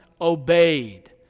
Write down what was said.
obeyed